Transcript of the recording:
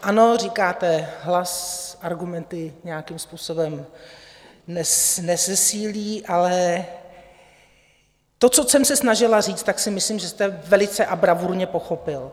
Ano, říkáte, hlas argumenty nějakým způsobem nezesílí, ale to, co jsem se snažila říct, si myslím, že jste velice a bravurně pochopil.